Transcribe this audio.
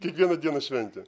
kiekviena diena šventė